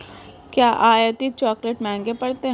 क्या आयातित चॉकलेट महंगे पड़ते हैं?